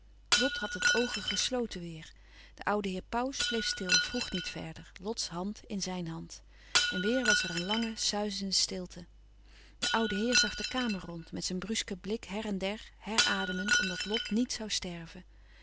lot had de oogen gesloten weêr de oude heer pauws bleef stil vroeg niet verder lots hand in zijn hand en weêr was er een lange suizende stilte de oude heer zag de kamer rond met zijn brusken blik her en der herademend omdat lot niet zoû sterven